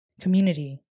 community